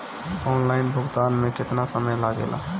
Online भुगतान में केतना समय लागेला?